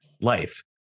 life